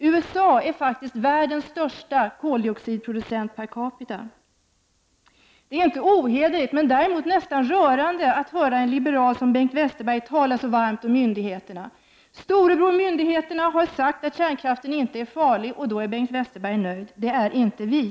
USA är faktiskt världens största koldioxidproducent räknat per capita. Det är inte ohederligt, men nästan rörande, att en liberal som Bengt Westerberg talar så varmt om myndigheterna. Storebror myndigheterna har sagt att kärnkraften inte är farlig, och då är Bengt Westerberg nöjd. Det är inte vi.